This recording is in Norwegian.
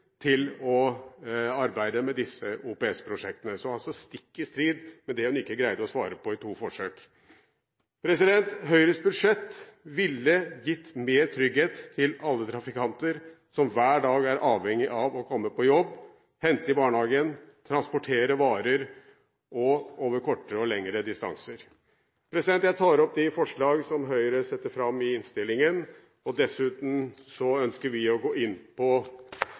til å arbeide med disse OPS-prosjektene – altså stikk i strid med det hun ikke greide å svare på i to forsøk. Høyres budsjett ville gitt mer trygghet til alle trafikanter som hver dag er avhengig av å komme på jobb, hente i barnehagen og transportere varer over kortere og lengre distanser. Jeg tar opp de forslag som Høyre har i innstillingen. Dessuten ønsker vi å gå inn